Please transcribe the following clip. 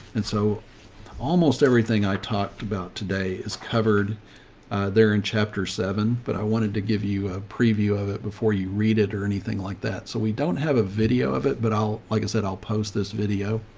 and so almost everything i talked about today is covered they're in chapter seven, but i wanted to give you a preview of it before you read it or anything like that. so we don't have a video of it, but i'll like i said, i'll post this video.